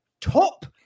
top